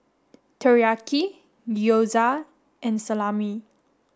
Teriyaki Gyoza and Salami